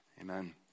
Amen